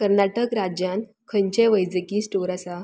कर्नाटक राज्यांत खंयचेय वैजकी स्टोर आसा